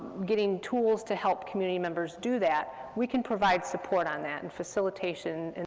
getting tools to help community members do that, we can provide support on that, and facilitation, and